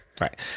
Right